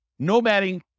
nomading